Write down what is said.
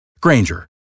Granger